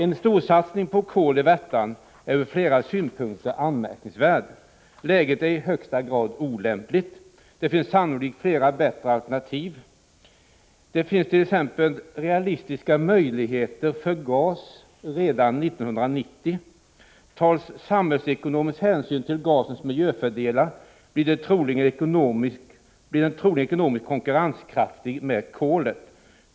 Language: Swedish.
En storsatsning på kol i Värtan är ur flera synpunkter anmärkningsvärd. Läget är i högsta grad olämpligt. Det finns sannolikt flera bättre alternativ. Det finns t.ex. realistiska möjligheter för gasbaserad produktion redan 1990. Tas samhällsekonomisk hänsyn till miljöfördelarna med gasen, finner man att denna troligen blir ekonomiskt konkurrenskraftig i förhållande till kolet.